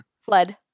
Fled